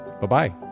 Bye-bye